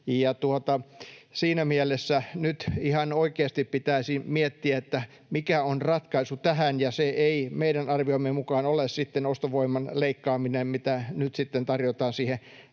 Siinä mielessä nyt ihan oikeasti pitäisi miettiä, mikä on ratkaisu tähän. Se ei meidän arviomme mukaan ole ostovoiman leikkaaminen, mitä nyt sitten tarjotaan siihen